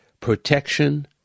protection